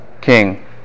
king